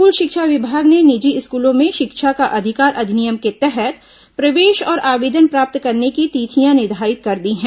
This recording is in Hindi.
स्कूल शिक्षा विभाग ने निजी स्कूलों में शिक्षा का अधिकार अधिनियम के तहत प्रवेश और आवेदन प्राप्त करने की तिथियां निर्धारित कर दी हैं